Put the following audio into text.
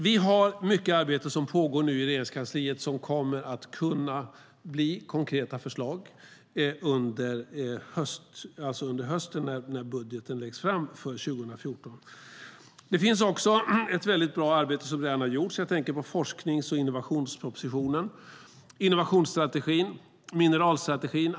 Vi har mycket arbete som pågår nu i Regeringskansliet som kommer att kunna bli konkreta förslag under hösten, när budgeten för 2014 läggs fram. Det finns också ett väldigt bra arbete som redan har gjorts. Jag tänker på forsknings och innovationspropositionen, innovationsstrategin och mineralstrategin.